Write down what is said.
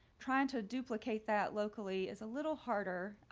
trying to duplicate that locally is a little harder.